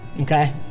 Okay